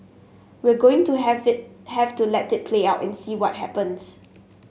we're going to have be have to let it play out and see what happens